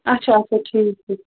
اَچھا اَچھا ٹھیٖک چھُ